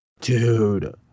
dude